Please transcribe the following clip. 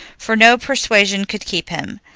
for no persuasion could keep him.